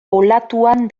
olatuan